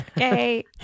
Okay